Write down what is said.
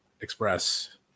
Express